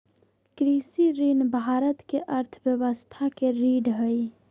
कृषि ऋण भारत के अर्थव्यवस्था के रीढ़ हई